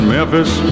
Memphis